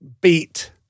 beat